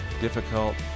difficult